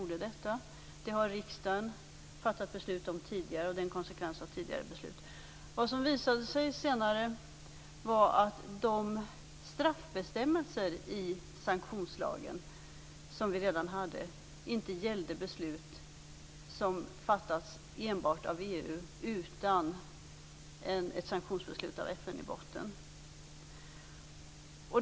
Riksdagen har förut fattat beslut i frågan, och det gäller en konsekvens av tidigare beslut. Det visade sig senare att de straffbestämmelser som vi redan hade i sanktionslagen inte gällde beslut som fattats enbart av EU utan ett sanktionsbeslut av FN i botten.